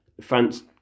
France